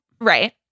Right